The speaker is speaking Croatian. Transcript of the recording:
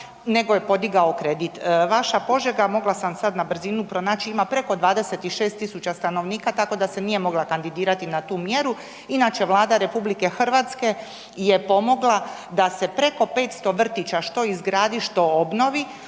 nego je podigao kredit. Vaša Požega mogla sam sad na brzinu pronaći ima preko 26.000 stanovnika tako da se nije mogla kandidirati na tu mjeru. Inače Vlada RH je pomogla da se preko 500 vrtića što izgradi, što obnovi,